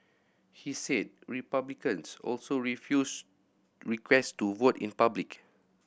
he said Republicans also refused request to vote in public